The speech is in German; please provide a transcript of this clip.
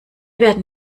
werden